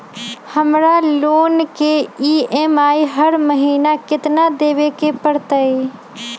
हमरा लोन के ई.एम.आई हर महिना केतना देबे के परतई?